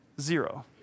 zero